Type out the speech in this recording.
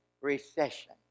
Recession